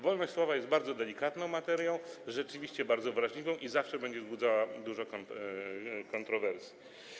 Wolność słowa jest bardzo delikatną materią, rzeczywiście bardzo wrażliwą i zawsze będzie wzbudzała dużo kontrowersji.